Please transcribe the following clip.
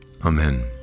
Amen